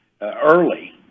early